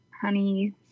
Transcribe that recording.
honey